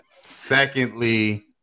Secondly